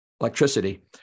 electricity